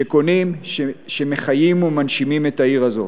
שקונים, שמחיים ומנשימים את העיר הזאת.